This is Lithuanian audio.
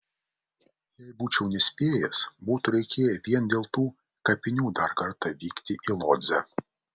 jei būčiau nespėjęs būtų reikėję vien dėl tų kapinių dar kartą vykti į lodzę